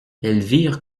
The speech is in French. elvire